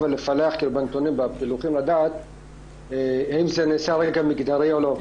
ולפענח ואנחנו לא יכולים לדעת האם זה נעשה על רקע מגדרי או לא.